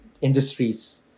industries